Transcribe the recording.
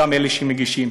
גם אלה שמגישים,